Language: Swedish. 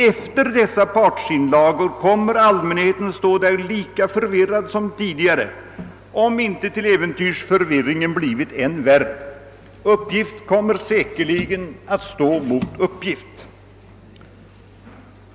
Efter dessa partsinlagor kommer allmänheten att stå där lika förvirrad som tidigare, om inte till äventyrs förvirringen blivit än värre. Uppgift kommer säkerligen att ställas mot uppgift.